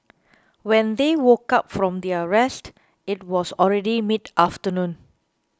when they woke up from their rest it was already mid afternoon